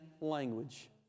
language